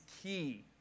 key